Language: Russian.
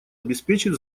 обеспечит